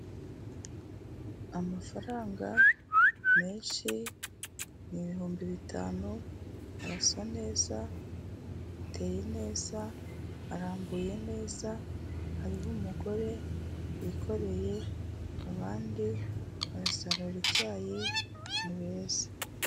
Amafaranga menshi ni ibihumbi bitanu, arasa neza, ateye neza, arambuye neza, hariho umugore yikoreye, abandi barasarura icyayi ni beza.